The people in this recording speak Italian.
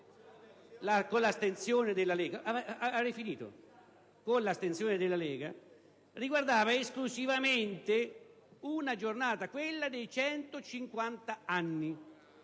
con l'astensione della Lega riguardava esclusivamente una giornata, quella in cui